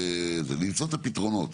ולמצוא את הפתרונות.